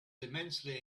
immensely